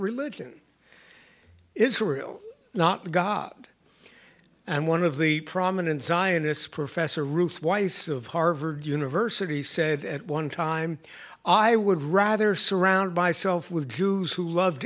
religion israel not god and one of the prominent zionists professor ruth weiss of harvard university said at one time i would rather surround myself with jews who loved